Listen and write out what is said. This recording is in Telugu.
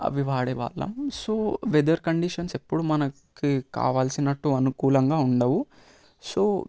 అవి వాడేవాళ్ళము సో వెదర్ కండిషన్స్ ఎప్పుడూ మనకి కావాల్సినట్టు అనుకూలంగా ఉండవు సో